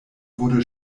wurde